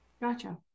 Gotcha